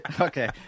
Okay